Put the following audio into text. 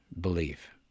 belief